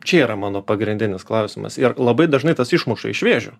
čia yra mano pagrindinis klausimas ir labai dažnai tas išmuša iš vėžių